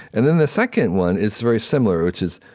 and then the second one is very similar, which is,